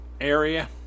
area